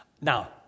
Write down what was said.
Now